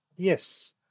Yes